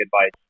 advice